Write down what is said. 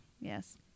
Yes